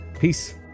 Peace